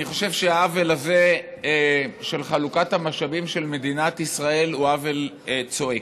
אני חושב שהעוול הזה של חלוקת המשאבים של מדינת ישראל הוא עוול צועק.